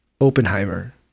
Oppenheimer